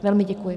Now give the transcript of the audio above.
Velmi děkuji.